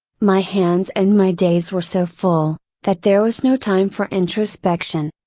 my hands and my days were so full, that there was no time for introspection.